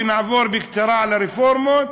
שנעבור בקצרה על הרפורמות,